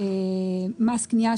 כנגד זה הייתה עתירה לבג"ץ,